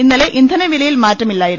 ഇന്നലെ ഇന്ധന വില യിൽ മാറ്റമില്ലായിരുന്നു